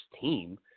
team